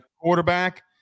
quarterback